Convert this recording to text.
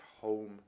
home